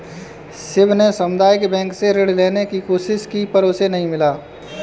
शिव ने सामुदायिक बैंक से ऋण लेने की कोशिश की पर उसे नही मिला